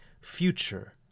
future